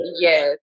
yes